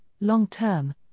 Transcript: Long-Term